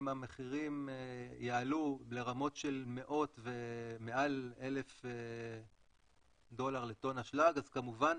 אם המחירים יעלו לרמות של מאות ומעל 1,000 דולר לטון אשלג אז כמובן